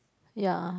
ya